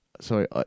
Sorry